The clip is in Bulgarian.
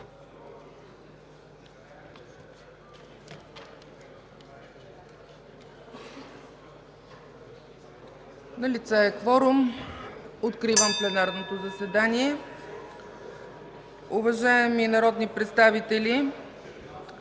Налице е кворум, откривам пленарното заседание. (Звъни.) Уважаеми народни представители,